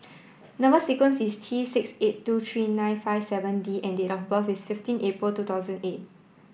number sequence is T six eight two three nine five seven D and date of birth is fifteen April two thousand eight